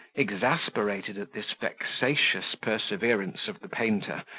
exasperated at this vexatious perseverance of the painter,